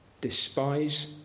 despise